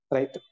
Right